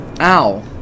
Ow